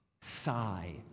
sigh